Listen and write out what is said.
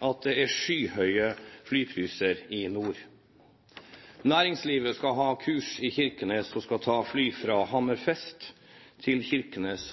at det er skyhøye flypriser i nord. Næringslivet skal ha kurs i Kirkenes, og skal ta fly fra Hammerfest til Kirkenes.